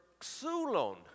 xulon